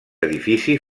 edifici